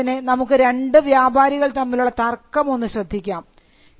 ഉദാഹരണത്തിന് നമുക്ക് രണ്ട് വ്യാപാരികൾ തമ്മിലുള്ള തർക്കം ഒന്നു ശ്രദ്ധിക്കാം